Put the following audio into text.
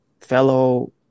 fellow